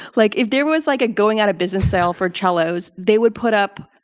like if there was like a going out of business sale for cellos, they would put up,